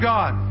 God